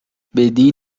بدی